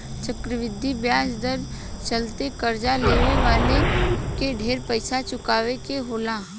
चक्रवृद्धि ब्याज दर के चलते कर्जा लेवे वाला के ढेर पइसा चुकावे के होला